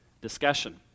discussion